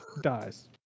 dies